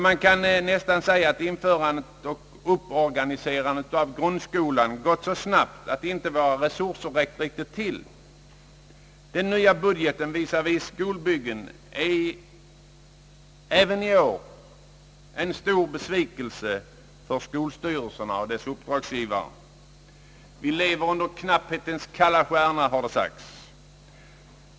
Man kan nästan säga att införandet och upporganiserandet av grundskolan gått så snabbt att våra resurser inte riktigt räckt till. Den nya budgeten visavi skolbyggen är även i år en stor besvikelse för skolstyrelserna och deras uppdragsgivare. Vi lever under knapphetens kalla stjärna, har det sagts.